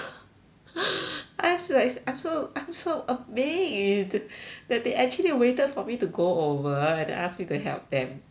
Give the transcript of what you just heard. I have to like I'm so I'm so amazed that they actually waited for me to go over and to ask me to help them with it